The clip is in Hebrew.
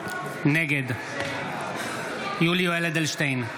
נגד יולי יואל אדלשטיין,